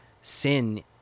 sin